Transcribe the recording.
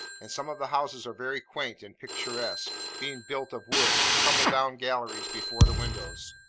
and some of the houses are very quaint and picturesque being built of wood, with tumble-down galleries before the windows,